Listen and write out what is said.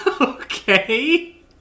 Okay